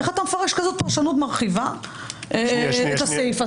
איך אתה מפרש כזו פרשנות מרחיבה את הסעיף הזה?